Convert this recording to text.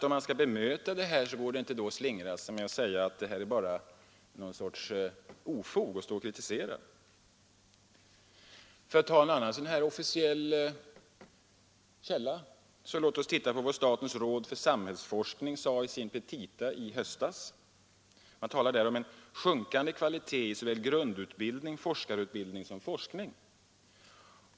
Om man vill bemöta detta går det inte att slingra sig och säga att det är bara ett ofog att stå och kritisera. För att ta en annan officiell källa så låt oss titta på vad statens råd för samhällsforskning sade i sin petita i höstas. Man talar om ”sjunkande kvalitet i såväl grundutbildning, forskarutbildning som forskning”.